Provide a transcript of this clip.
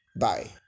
Bye